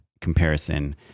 comparison